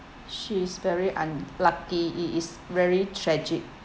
she's very unlucky it it's very tragic